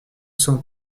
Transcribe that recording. cents